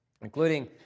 including